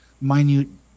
minute